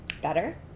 better